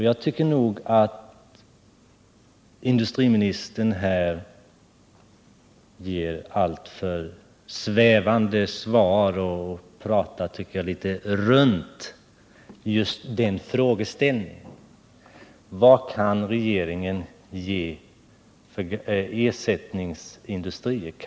Jag tycker att industriministern här ger alltför svävande besked och pratar litet runt frågeställningen: Kan regeringen garantera en ersättningsindustri?